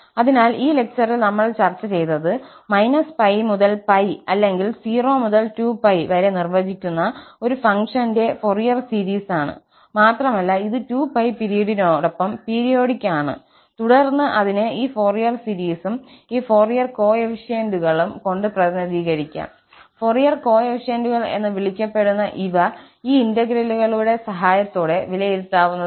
അതിനാൽ ഈ ലെക്ചറിൽ നമ്മൾ ചർച്ചചെയ്തത് −π മുതൽ π അല്ലെങ്കിൽ 0 മുതൽ 2π വരെ നിർവ്വചിക്കുന്ന ഒരു ഫംഗ്ഷന്റെ ഫോറിയർ സീരീസാണ് മാത്രമല്ല ഇത് 2π പിരീഡിനൊപ്പം പീരിയോഡിക് ആണ് തുടർന്ന് അതിനെ ഈ ഫോറിയർ സീരീസും ഈ കോഎഫിഷ്യന്റുകളും കൊണ്ട് പ്രതിനിധീകരിക്കാം ഫൊറിയർ കോഎഫിഷ്യന്റുകൾ എന്ന് വിളിക്കപ്പെടുന്ന ഇവ ഈ ഇന്റഗ്രലുകളുടെ സഹായത്തോടെ വിലയിരുത്താവുന്നതാണ്